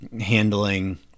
handling